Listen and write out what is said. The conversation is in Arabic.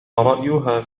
رأيها